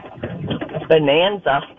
Bonanza